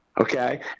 Okay